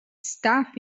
stuff